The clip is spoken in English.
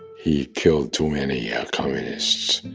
he killed too many yeah communists,